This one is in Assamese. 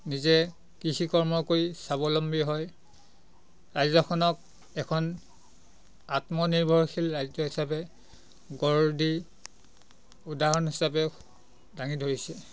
নিজে কৃষিকৰ্ম কৰি স্বাৱলম্বী হয় ৰাজ্যখনক এখন আত্মনিৰ্ভৰশীল ৰাজ্য হিচাবে গঢ় দি উদাহৰণ হিচাপে দাঙি ধৰিছে